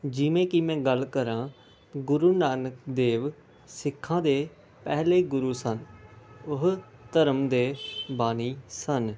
ਜਿਵੇਂ ਕਿ ਮੈਂ ਗੱਲ ਕਰਾਂ ਗੁਰੂ ਨਾਨਕ ਦੇਵ ਸਿੱਖਾਂ ਦੇ ਪਹਿਲੇ ਗੁਰੂ ਸਨ ਉਹ ਧਰਮ ਦੇ ਬਾਣੀ ਸਨ